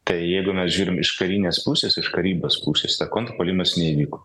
tai jeigu mes žiūrim iš karinės pusės iš karybos pusės ta kontrpuolimas neįvyko